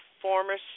former